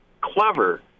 clever